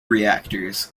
reactors